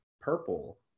purple